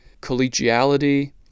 collegiality